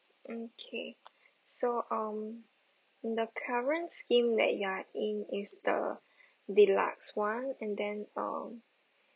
okay so um the current scheme that you're in is the deluxe one and then um